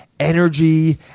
Energy